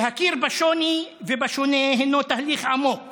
להכיר בשוני ובשונה הינו תהליך עמוק